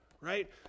Right